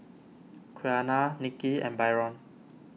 Quiana Nikki and Byron